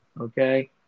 okay